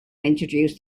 introduced